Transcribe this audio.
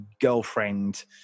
girlfriend